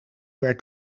werd